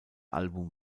album